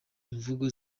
imvugo